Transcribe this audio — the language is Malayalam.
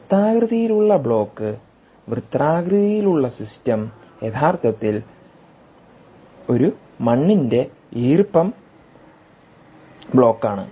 വൃത്താകൃതിയിലുള്ള ബ്ലോക്ക് വൃത്താകൃതിയിലുള്ള സിസ്റ്റം യഥാർത്ഥത്തിൽ ഒരു മണ്ണിന്റെ ഈർപ്പം ബ്ലോക്ക് ആണ്